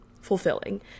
fulfilling